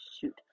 shoot